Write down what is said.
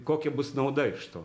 kokia bus nauda iš to